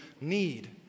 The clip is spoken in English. need